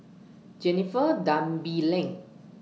Jennifer Tan Bee Leng